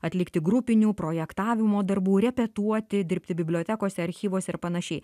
atlikti grupinių projektavimo darbų repetuoti dirbti bibliotekose archyvuose ir panašiai